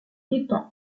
dépend